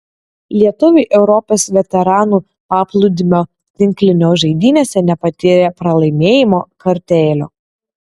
lietuviai europos veteranų paplūdimio tinklinio žaidynėse nepatyrė pralaimėjimo kartėlio